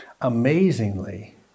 Amazingly